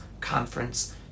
conference